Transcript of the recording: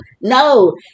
No